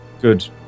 good